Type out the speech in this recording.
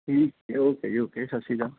ਠੀਕ ਓਕੇ ਜੀ ਓਕੇ ਸਤਿ ਸ਼੍ਰੀ ਅਕਾਲ